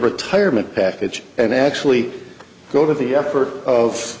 retirement package and actually go to the effort